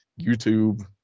YouTube